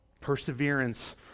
Perseverance